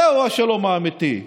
זהו השלום האמיתי.